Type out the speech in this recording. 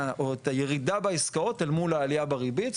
את הירידה בעסקאות אל מול העלייה בריבית.